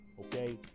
Okay